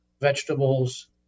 vegetables